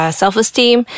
self-esteem